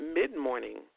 mid-morning